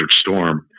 Storm